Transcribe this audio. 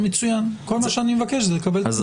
מצוין, כל מה שאני מבקש זה לקבל בכתב.